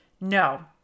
no